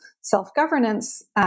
self-governance